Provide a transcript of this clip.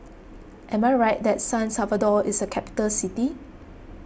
am I right that San Salvador is a capital city